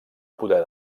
poder